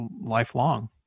lifelong